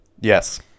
Yes